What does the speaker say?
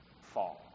fall